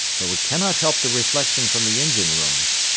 but we cannot help the reflection from the engine-rooms.